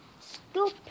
scoop